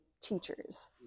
teachers